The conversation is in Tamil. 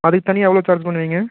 அதுக்கு தனியாக எவ்வளோ சார்ஜ் பண்ணுவீங்க